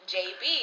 jb